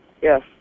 Yes